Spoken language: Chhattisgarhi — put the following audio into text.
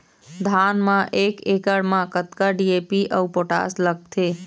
धान म एक एकड़ म कतका डी.ए.पी अऊ पोटास लगथे?